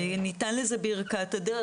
ניתנה לזה ברכת הדרך.